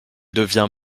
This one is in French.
devient